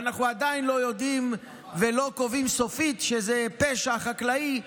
ואנחנו עדיין לא יודעים ולא קובעים סופית שזה פשע חקלאי,